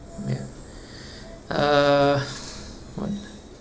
ya uh what